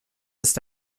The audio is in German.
ist